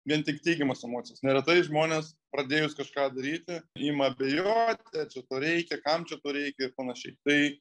vien tik teigiamas emocijas neretai žmonės pradėjus kažką daryti ima abejot ką čia to reikia kam čia to reikia ir panašiai tai